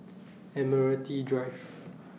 Admiralty Drive